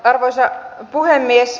arvoisa puhemies